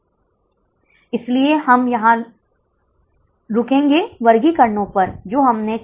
जैसे कि यह 160 छात्रों के लिए हुआ है जब आप 150 छात्रों के साथ तुलनाकरते हैं क्या समझ रहे हैं